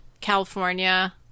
California